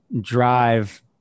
drive